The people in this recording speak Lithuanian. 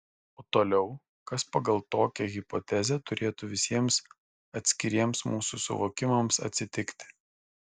o toliau kas pagal tokią hipotezę turėtų visiems atskiriems mūsų suvokimams atsitikti